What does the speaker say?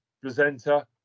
presenter